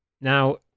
now